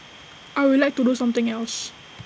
I would like to do something else